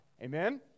Amen